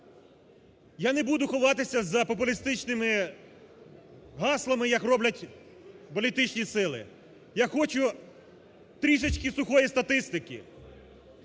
Я не буду ховатися по популістичними гаслами, як роблять політичні сили, я хочу трішечки сухої статистики.